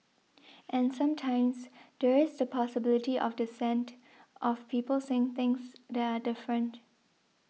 and sometimes there is the possibility of dissent of people saying things that are different